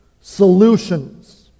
solutions